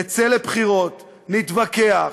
נצא לבחירות, נתווכח,